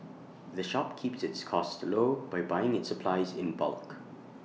the shop keeps its costs low by buying its supplies in bulk